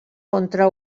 contra